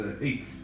eight